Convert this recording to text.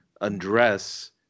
undress